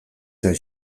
zen